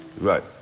right